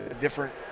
different